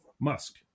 Musk